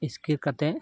ᱤᱥᱠᱤᱨ ᱠᱟᱛᱮ